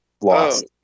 lost